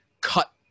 cut